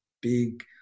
big